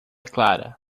clara